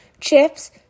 Chips